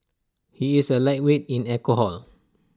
he is A lightweight in alcohol